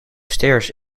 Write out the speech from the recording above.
stairs